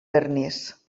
vernís